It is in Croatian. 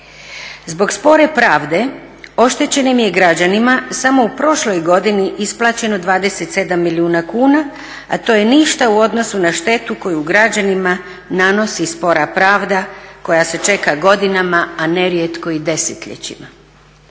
Zbog spore pravde oštećenim je građanima samo u prošloj godini isplaćeno 27 milijuna kuna, a to je ništa u odnosu na štetu koju građanima nanosi spora pravda koja se čeka godinama, a nerijetko i desetljećima.